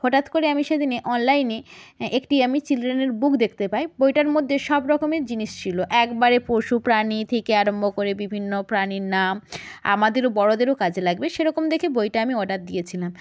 হঠাৎ করে আমি সেদিনে অনলাইনে একটি আমি চিলড্রেনের বুক দেখতে পাই বইটার মধ্যে সব রকমের জিনিস ছিল একবারে পশু প্রাণী থেকে আরম্ভ করে বিভিন্ন প্রাণীর নাম আমাদেরও বড়দেরও কাজে লাগবে সেরকম দেখে বইটা আমি অর্ডার দিয়েছিলাম